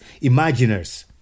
imaginers